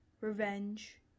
revenge